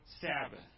Sabbath